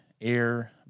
air